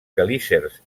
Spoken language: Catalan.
quelícers